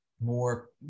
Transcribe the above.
more